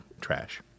trash